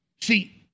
See